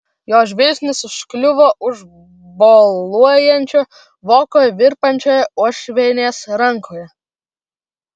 jo žvilgsnis užkliuvo už boluojančio voko virpančioje uošvienės rankoje